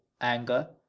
anger